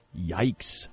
Yikes